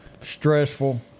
stressful